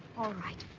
all right,